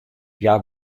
hja